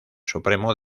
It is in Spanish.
supremo